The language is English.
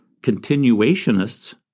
continuationists